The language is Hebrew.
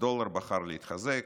הדולר בחר להתחזק,